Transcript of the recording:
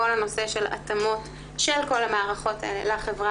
כל הנושא של התאמות של כל המערכות האלה לחברה